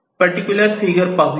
particular figure पाहूया